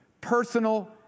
personal